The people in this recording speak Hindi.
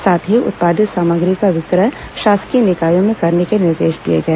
साथ ही उत्पादित सामग्री का विक्रय शासकीय निकायों में करने के निर्देश दिए गए